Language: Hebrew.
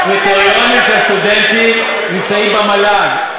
הקריטריונים של סטודנטים נמצאים במל"ג.